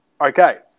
Okay